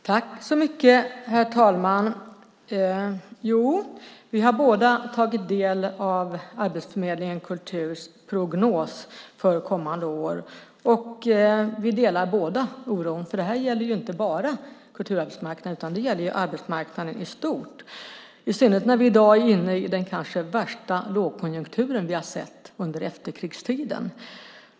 Herr talman! Vi har båda tagit del av Arbetsförmedlingen Kulturs prognos för kommande år. Vi delar båda oron, för det gäller inte bara kulturarbetsmarknaden utan arbetsmarknaden i stort, i synnerhet när vi i dag är inne i den kanske värsta lågkonjunktur vi har sett under efterkrigstiden.